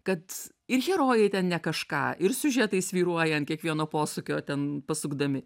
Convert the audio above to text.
kad ir herojai ten nekažką ir siužetai svyruoja ant kiekvieno posūkio ten pasukdami